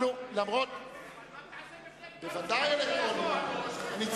הצבעה אלקטרונית.